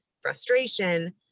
frustration